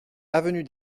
avenue